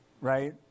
right